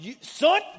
Son